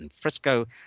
Frisco